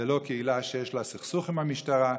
זו לא קהילה שיש לה סכסוך עם המשטרה.